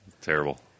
terrible